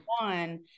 one